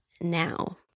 now